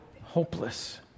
hopeless